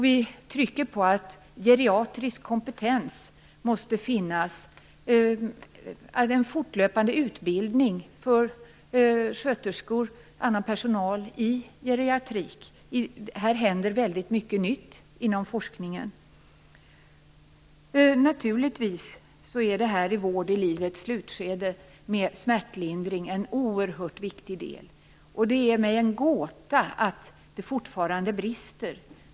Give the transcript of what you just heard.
Vi trycker på att geriatrisk kompetens måste finnas och att en fortlöpande utbildning av sköterskor och annan personal i geriatrik måste ske. Här händer väldigt mycket nytt inom forskningen. Naturligtvis är det här med vård i livets slutskede med smärtlindring en oerhört viktig del. Det är mig en gåta att det fortfarande brister.